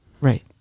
Right